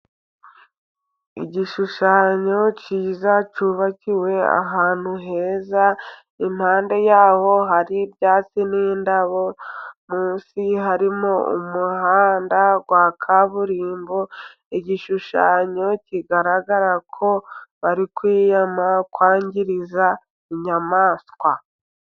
Ogishushanyo cyiza cyubakiwe ahantu heza, impande yaho hari byatsi n'indabo, munsi harimo umuhanda wa kaburimbo, igishushanyo kigaragara ko bari kwiyama kwangiriza inyamaswa.